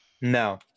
No